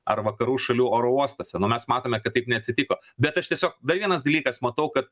ar vakarų šalių oro uostuose nu mes matome kad taip neatsitiko bet aš tiesiog dar vienas dalykas matau kad